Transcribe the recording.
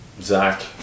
zach